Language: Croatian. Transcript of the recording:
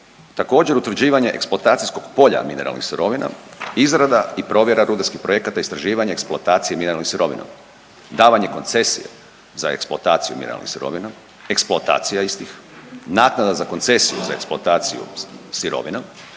Također utvrđivanje eksploatacijskog polja mineralnih sirovina, izrada i provjera rudarskih projekata, istraživanje i eksploatacija mineralnih sirovina, davanje koncesija za eksploataciju mineralnih sirovina, eksploatacija istih, naknada za koncesiju za eksploataciju sirovina,